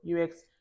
UX